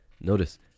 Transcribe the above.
Notice